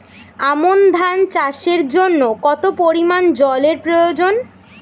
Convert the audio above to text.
আমন ধান চাষের জন্য কত পরিমান জল এর প্রয়োজন?